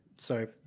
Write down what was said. Sorry